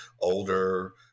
older